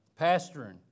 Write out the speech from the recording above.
pastoring